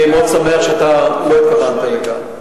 אני מאוד שמח שלא התכוונת לכך.